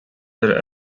were